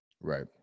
Right